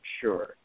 sure